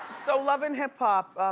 so love and hip hop,